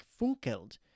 Funkeld